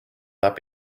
that